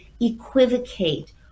equivocate